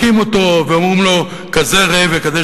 מכים אותו ואומרים לו: כזה ראה וקדש,